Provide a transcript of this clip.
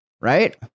Right